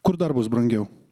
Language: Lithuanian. kur dar bus brangiau